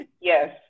Yes